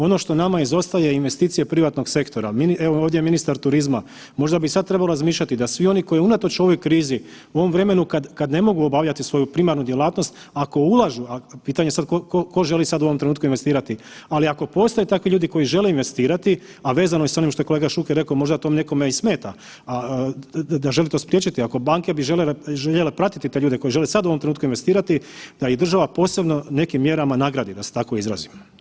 Ono što nama izostaje, investicije privatnog sektora, evo ovdje je ministar turizma, možda bit sad trebao razmišljati da svi oni koji unatoč ovoj krizi u ovom vremenu kad ne mogu obavljati svoju primarnu djelatnost, ako ulažu, a pitanje tko želi sad u ovom trenutku investirati, ali ako postoje takvi ljudi koji žele investirati, a vezano je onim što je kolega Šuker rekao možda to nekome i smeta, a da želi to spriječiti, ako banke bi željele pratiti te ljude koji žele sad u ovom trenutku investirati da ih država posebno nekim mjerama nagradi da se tako izrazim.